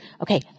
Okay